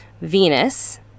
venus